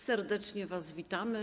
Serdecznie was witamy.